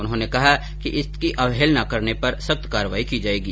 उन्होंने कहा कि इनकी अवहेलना करने पर सख्त कार्यवाही की जायेगी